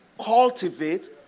cultivate